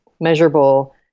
measurable